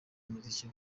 umuziki